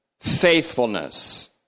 faithfulness